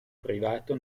privato